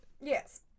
yes